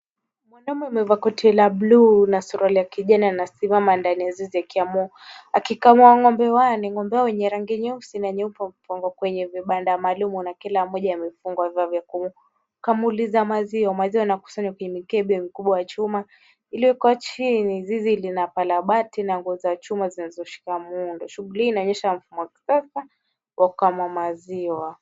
Mwanaume wamebaki la buluu na suruali la kijani anasimama ndani ya zizi ya kiamu akikamua wanne. Ng'ombe hawa ni wenye rangi nyeusi na nyeupe wamepangwa kwenye vibanda maalum na kila mmoja amefungwa kamuuliza maziwa. maziwa yanakusanywa kwenye mikebe mikubwa ya chuma iliyowekwa chini. Zizi lina paa la bahati na nguo za chuma zinazoshika muundo. shughuli hii inaonyesha mfumo wa kifedha wa kukamua maziwa.